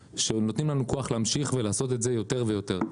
שנותנים לנו כוח להמשיך ולעשות את זה יותר ויותר.